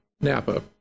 Napa